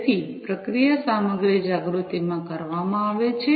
તેથી પ્રક્રિયા સામગ્રી જાગૃતિમાં કરવામાં આવે છે